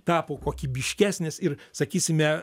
tapo kokybiškesnės ir sakysime